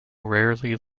rarely